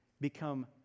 become